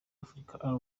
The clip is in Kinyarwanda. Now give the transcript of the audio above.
african